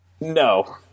No